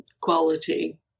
quality